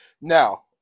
now